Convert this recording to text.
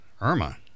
Irma